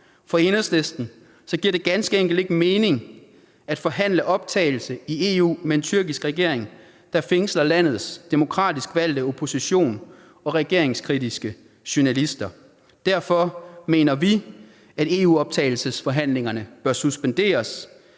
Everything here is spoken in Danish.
For Enhedslisten giver det ganske enkelt ikke mening at forhandle optagelse i EU med en tyrkisk regering, der fængsler landets demokratisk valgte opposition og regeringskritiske journalister. Derfor mener vi, at EU-optagelsesforhandlingerne bør suspenderes,